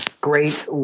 great